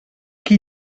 qui